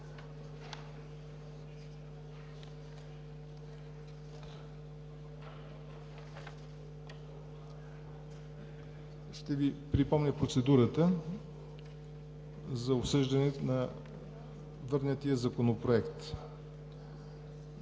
Ще Ви припомня процедурата за обсъждането на върнатия законопроект.